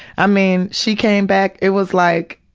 i mean, she came back, it was like,